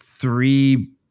three